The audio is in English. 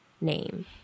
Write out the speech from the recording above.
name